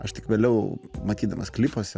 aš tik vėliau matydamas klipuose